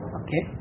okay